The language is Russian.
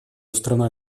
страна